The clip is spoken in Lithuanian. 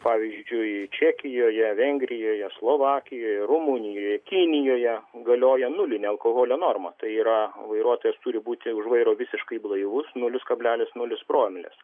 pavyzdžiui čekijoje vengrijoje slovakijoje rumunijoje kinijoje galioja nulinė alkoholio norma tai yra vairuotojas turi būti už vairo visiškai blaivus nulis kablelis nulis promilės